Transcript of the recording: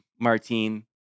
Martine